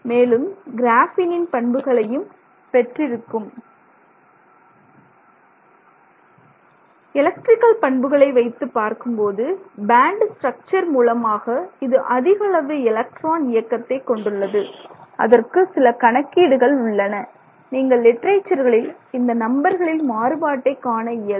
மேலும் கிராஃபீன் பண்புகளையும் கொண்டிருக்கும் எலக்ட்ரிக்கல் பண்புகளை வைத்துப் பார்க்கும்போது பேண்ட் ஸ்ட்ரக்சர் மூலமாக இது அதிக அளவு எலக்ட்ரான் இயக்கத்தை கொண்டுள்ளது அதற்கு சில கணக்கீடுகள் உள்ளன நீங்கள் லிட்டரேச்சர்களில் இந்த நம்பர்களில் மாறுபாட்டை காண இயலும்